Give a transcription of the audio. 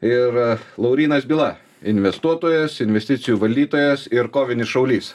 ir laurynas byla investuotojas investicijų valdytojas ir kovinis šaulys